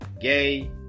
gay